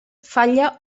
falla